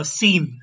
seen